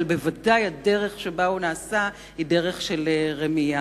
אבל בוודאי הדרך שבה הוא נעשה היא דרך של רמייה.